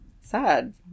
sad